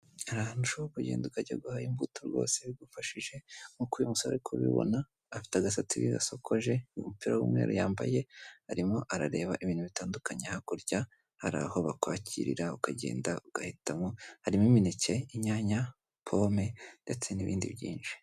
Hari hantu ushobora kugenda ukajya guha imbuto rwose bigufashije nk'uko uyu musore uri kubibona afite agasatsi gasokoje, umupira w'umweru yambaye arimo arareba ibintu bitandukanye hakurya hari aho bakwakirarira ukagenda ugahitamo, harimo imineke, inyanya, pome ndetse n'ibindi byinshi.